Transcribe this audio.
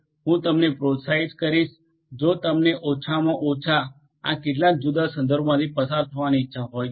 હું તમને પ્રોત્સાહિત કરીશ જો તમને ઓછામાં ઓછા આ કેટલાક જુદા જુદા સંદર્ભોમાંથી પસાર થવાની ઇચ્છા હોય તો